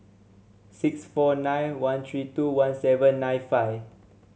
six four nine one three two one seven nine five